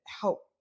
help